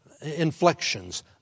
inflections